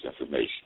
information